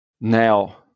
Now